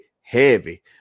heavy